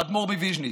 האדמו"ר מוויז'ניץ.